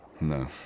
No